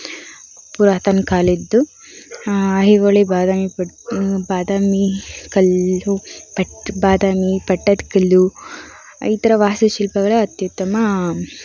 ಪುರಾತನ ಕಾಲದ್ದು ಐಹೊಳೆ ಬಾದಾಮಿ ಪ್ ಬಾದಾಮಿ ಕಲ್ಲು ಪಟ್ ಬಾದಾಮಿ ಪಟ್ಟದಕಲ್ಲು ಈ ಥರ ವಾಸ್ತುಶಿಲ್ಪಗಳೇ ಅತ್ಯುತ್ತಮ